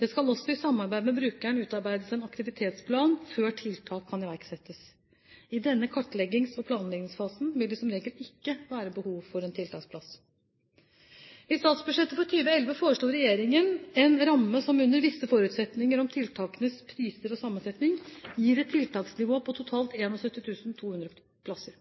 Det skal også i samarbeid med brukeren utarbeides en aktivitetsplan før tiltak kan iverksettes. I denne kartleggings- og planleggingsfasen vil det som regel ikke være behov for tiltaksplass. I statsbudsjettet for 2011 foreslo regjeringen en ramme som under visse forutsetninger om tiltakenes priser og sammensetning gir et tiltaksnivå på totalt 71 200 plasser.